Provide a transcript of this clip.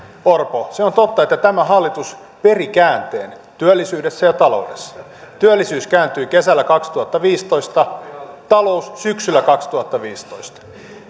orpo se on totta että tämä hallitus peri käänteen työllisyydessä ja taloudessa työllisyys kääntyi kesällä kaksituhattaviisitoista talous syksyllä kaksituhattaviisitoista